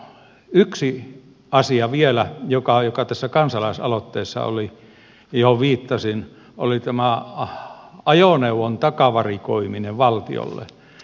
yksi asia vielä joka tässä kansalaisaloitteessa oli johon viittasin oli tämä ajoneuvon takavarikoiminen valtiolle